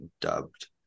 dubbed